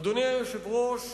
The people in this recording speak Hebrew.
אדוני היושב-ראש,